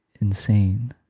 insane